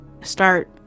start